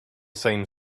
same